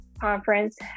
Conference